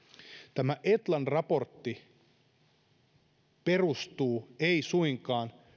tämä etlan raportti ei perustu suinkaan